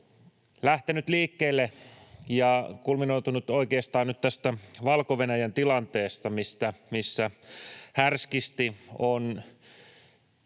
lähtenyt liikkeelle ja kulminoitunut oikeastaan nyt tästä Valko-Venäjän tilanteesta, missä härskisti on